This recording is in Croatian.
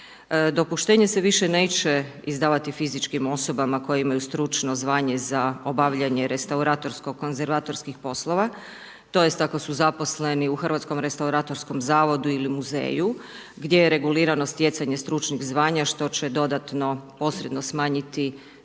Dopuštenje se više neće izdavati fizičkim osobama koje imaju stručno zvanje za obavljanje restauratorskog konzervatorskih poslova. Tj. ako su zaposleni u Hrvatskom restauratorskom zavodu ili muzeju, gdje je regulirano stjecanje stručnih zvanja što će dodatno posredno smanjiti tzv.